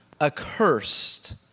accursed